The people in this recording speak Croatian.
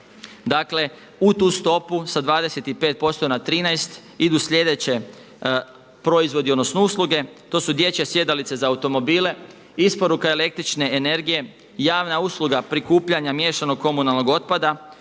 dakle u tu stopu sa 25% na 13% idu slijedeće proizvodi odnosno usluge to su dječje sjedalice za automobile, isporuka električne energije, javna usluga prikupljanja miješanog komunalnog otpada,